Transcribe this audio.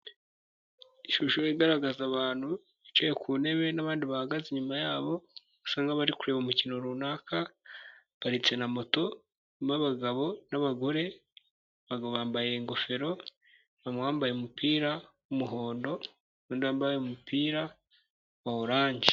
Ishusho igaragaza abantu bicaye ku ntebe n'abandi bahagaze inyuma yabo bisa nkaho bari kureba umukino runaka haparitse na moto harimo abagabo n'abagore bambaye ingofero bambaye umupira wumuhondo undi wambaye umupira wa orange.